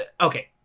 okay